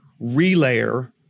relayer